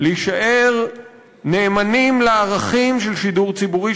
להישאר נאמנים לערכים של שידור ציבורי,